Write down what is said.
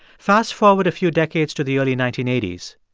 fast-forward a few decades to the early nineteen eighty s.